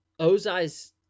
Ozai's